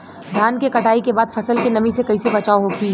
धान के कटाई के बाद फसल के नमी से कइसे बचाव होखि?